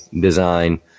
design